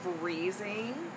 freezing